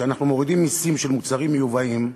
כשאנחנו מורידים מסים על מוצרים מיובאים,